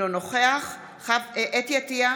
אינו נוכח חוה אתי עטייה,